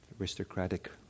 aristocratic